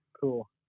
cool